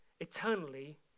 Eternally